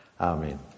Amen